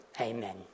amen